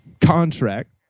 contract